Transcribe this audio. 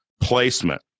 placement